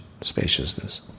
spaciousness